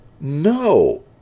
no